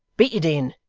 beat it in,